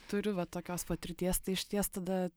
turiu va tokios patirties tai išties tada